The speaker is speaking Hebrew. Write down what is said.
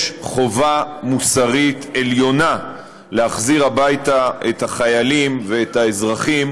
יש חובה מוסרית עליונה להחזיר הביתה את החיילים ואת האזרחים